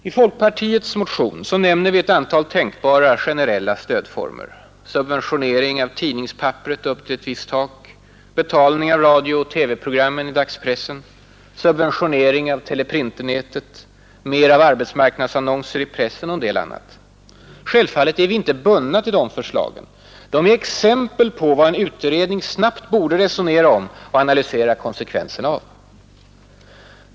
I folkpartiets motion nämner vi ett antal tänkbara generella stödformer: subventionering av tidningspapperet upp till ett visst tak, betalning av radiooch TV-programmen i dagspressen, subventionering av teleprinternätet, mer av arbetsmarknadsannonser i pressen och en del annat. Självfallet är vi inte bundna till de förslagen — de är exempel på vad en utredning snabbt borde resonera om och analysera konsekvenserna av.